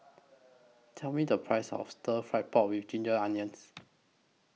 Tell Me The Price of Stir Fried Pork with Ginger Onions